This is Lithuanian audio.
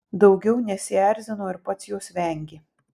daugiau nesierzino ir pats jos vengė